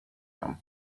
them